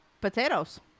potatoes